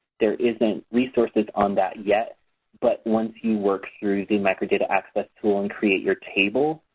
there isn't resources on that yet but once you work through the microdata access tool and create your table,